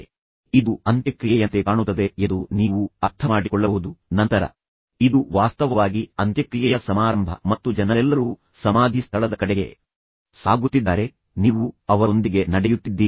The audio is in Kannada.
ಮತ್ತು ಇದು ಅಂತ್ಯಕ್ರಿಯೆಯಂತೆ ಕಾಣುತ್ತದೆ ಎಂದು ನೀವು ಅರ್ಥಮಾಡಿಕೊಳ್ಳಬಹುದು ಮತ್ತು ನಂತರ ನೀವು ಇದು ವಾಸ್ತವವಾಗಿ ಅಂತ್ಯಕ್ರಿಯೆಯ ಸಮಾರಂಭ ಎಂದು ಅರ್ಥಮಾಡಿಕೊಳ್ಳಿ ಮತ್ತು ನಂತರ ಜನರೆಲ್ಲರೂ ಸಮಾಧಿ ಸ್ಥಳದ ಕಡೆಗೆ ಸಾಗುತ್ತಿದ್ದಾರೆ ಮತ್ತು ನೀವು ಸಹ ಅವರೊಂದಿಗೆ ನಡೆಯುತ್ತಿದ್ದೀರಿ